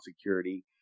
security